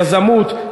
יזמות,